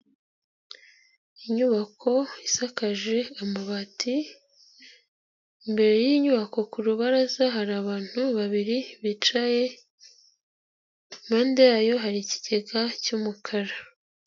Inyubako isakaje amabati, imbere y'iy'inyubako ku rubaraza, hari abantu babiri bicaye, impande yayo hari ikigega cy'umukara.